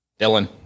Dylan